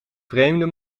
vreemde